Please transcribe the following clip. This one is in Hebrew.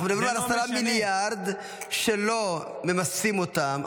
אנחנו מדברים על 10 מיליארד שלא ממסמסים אותם,